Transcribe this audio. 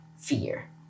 fear